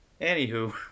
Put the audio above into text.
Anywho